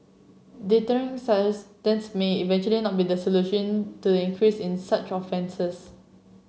sentence may eventually not be the solution to the increase in such offences